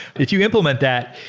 if you implement that,